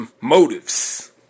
motives